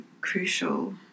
crucial